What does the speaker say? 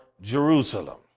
Jerusalem